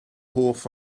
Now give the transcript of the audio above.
hoff